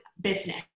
business